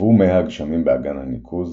נקוו מי הגשמים באגן הניקוז,